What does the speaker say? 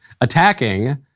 attacking